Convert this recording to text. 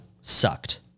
Sucked